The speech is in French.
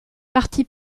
parties